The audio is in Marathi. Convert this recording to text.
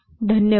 धन्यवाद